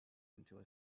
into